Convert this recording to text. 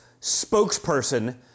spokesperson